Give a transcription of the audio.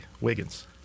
Wiggins